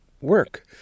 work